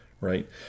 right